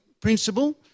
principle